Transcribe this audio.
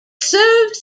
serves